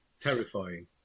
terrifying